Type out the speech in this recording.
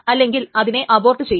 അല്ലെങ്കിൽ അതിനെ അബോർട്ട് ചെയ്യും